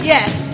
Yes